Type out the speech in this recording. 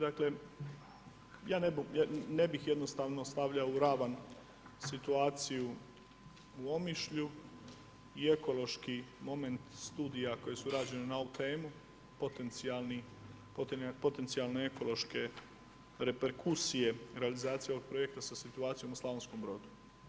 Dakle ja ne bih jednostavno stavljao u ravan situaciju u Omišlju i ekološki moment studija koje su rađene na ovu temu, potencijalne ekološke reperkusije realizacije ovog projekta sa situacijom u Slavonskom Brodu.